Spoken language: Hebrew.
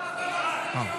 אני רוצה